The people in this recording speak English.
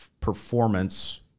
performance